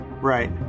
Right